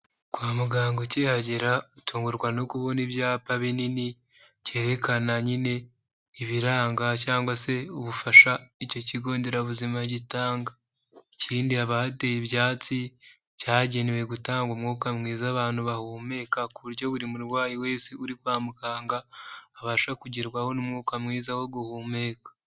Kwa muganga ukihagera utungurwa no kubona ibyapa binini byerekana nyine ibiranga cyangwa se ubufasha icyo kigo nderabuzima gitanga, ikindi haba hateye ibyatsi byagenewe gutanga umwuka mwiza abantu bahumeka ku buryo buri murwayi wese uri kwa muganga abasha kugerwaho n'umwuka mwiza wo guhumeka.